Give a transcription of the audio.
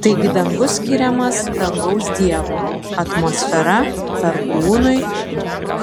taigi dangus skiriamas dangaus dievui atmosfera perkūnui